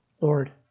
Lord